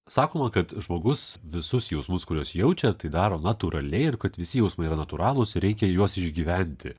sakoma kad žmogus visus jausmus kuriuos jaučia tai daro natūraliai ir kad visi jausmai yra natūralūs reikia juos išgyventi